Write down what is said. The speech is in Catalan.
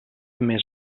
més